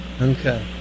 Okay